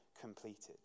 completed